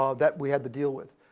ah that we had to deal with.